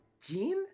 Jean